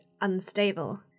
unstable